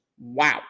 Wow